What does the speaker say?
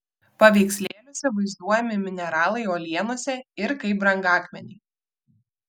paveikslėliuose vaizduojami mineralai uolienose ir kaip brangakmeniai